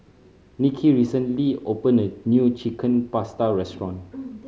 Nicki recently opened a new Chicken Pasta restaurant